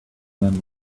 man